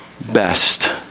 best